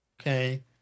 okay